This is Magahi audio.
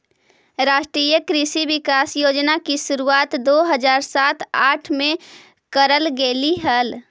राष्ट्रीय कृषि विकास योजना की शुरुआत दो हज़ार सात आठ में करल गेलइ हल